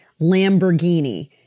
Lamborghini